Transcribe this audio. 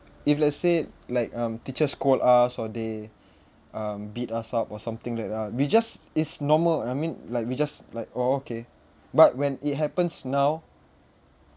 if let's say like um teacher scold us or they um beat us up or something like that ah we just it's normal I mean like we just like orh okay but when it happens now